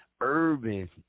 urban